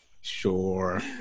Sure